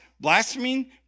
blasphemy